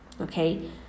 Okay